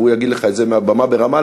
והוא יגיד לך את זה מהבמה ברמאללה,